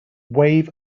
wave